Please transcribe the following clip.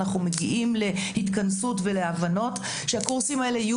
אנחנו מגיעים להתכנסות ולהבנות שהקורסים האלו יהיו